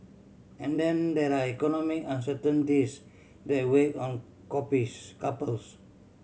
and then there are economic uncertainties that weigh on copies couples